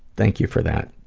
thank you for that.